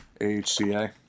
AHCA